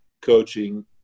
coaching